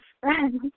friends